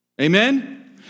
amen